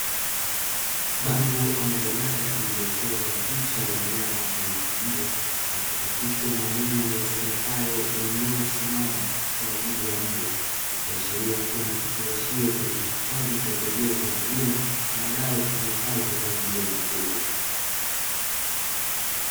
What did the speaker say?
Bango ama jalada lililochorwa picha ya mnyama aina mbwa na kuchapisha maneno yasomekayo (minyoo simama) kwa ajili ya mbwa, ikiashiria kuwa ni kifungashio kilichohifadhi pembejeo za kilimo ama dawa zitumikazo kwa ajili ya mifugo.